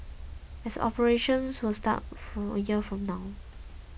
as operations will start for a year from now